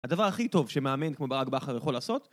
הדבר הכי טוב שמאמן כמו ברג בחר יכול לעשות